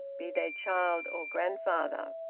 be they child or grandfather.